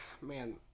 Man